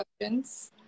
questions